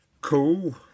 Cool